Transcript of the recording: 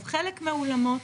חלק מהאולמות,